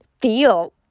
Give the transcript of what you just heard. feel